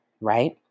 Right